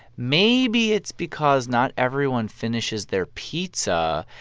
maybe it's because not everyone finishes their pizza,